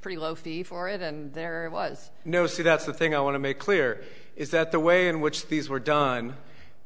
pretty low fee for it and there was no see that's the thing i want to make clear is that the way in which these were done